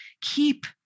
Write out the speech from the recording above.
keep